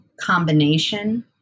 combination